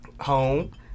Home